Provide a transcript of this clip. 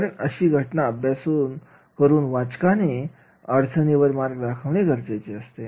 कारण अशी घटना अभ्यास करून वाचकाने अडचणीवर मार्ग दाखवणे गरजेचे असते